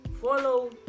follow